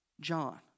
John